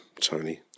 Tony